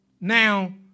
Now